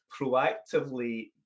proactively